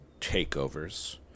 takeovers